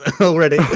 already